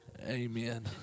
Amen